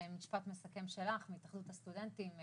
משפט מסכם שלך מהתאחדות הסטודנטים,